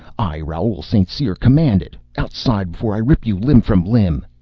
i, raoul st. cyr, command it. outside, before i rip you limb from limb